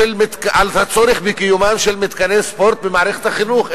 לצורך בקיומם של מתקני ספורט במערכת החינוך,